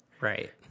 Right